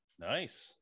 nice